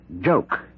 joke